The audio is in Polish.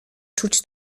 czuć